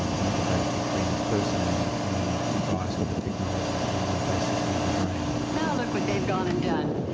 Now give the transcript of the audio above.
the interface between the person and and the device or the technology is basically the brain. now look what they've gone and done.